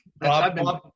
Bob